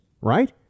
Right